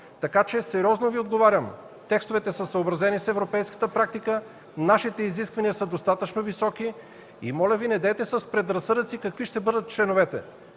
така че сериозно Ви отговарям – текстовете са съобразени с европейската практика. Нашите изисквания са достатъчно високи и моля Ви недейте с тези предразсъдъци за членовете.